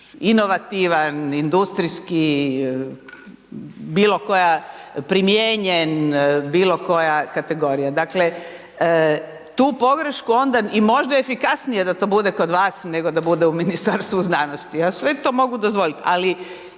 inovativan, industrijski, bilo koja primijenjen, bilo koja kategorija. Dakle, tu pogrešku onda i možda efikasnije da to bude kod vas, nego da bude u Ministarstvu znanosti. Ja sve to mogu dozvoliti, ali